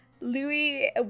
Louis